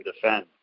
defend